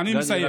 גדי,